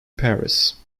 paris